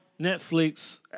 Netflix